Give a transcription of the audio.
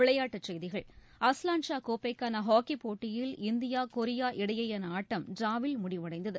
விளையாட்டுச் செய்திகள் Azlan Shah கோப்பைக்கான ஹாக்கிப்போட்டியில் இந்தியா கொரியா இடையேயான ஆட்டம் டிராவில் முடிவடைந்தது